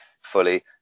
fully